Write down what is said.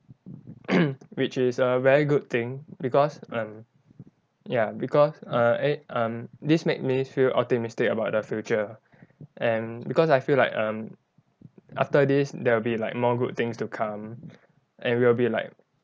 which is a very good thing because um ya because err eh um this make me feel optimistic about the future and because I feel like um after this there will be like more good things to come and we will be like